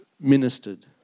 ministered